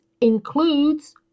includes